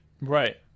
Right